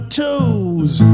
toes